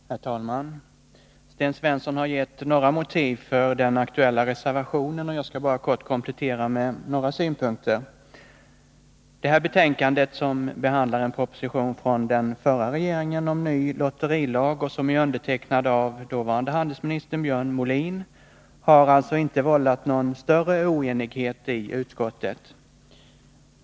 Herr talman! Sten Svensson har angett några motiv för den aktuella reservationen, och jag skall bara komplettera med några synpunkter. Den proposition, undertecknad av handelsministern i den dåvarande regeringen Björn Molin, om ny lotterilag som behandlas i detta betänkande harinte vållat någon större oenighet i utskottet.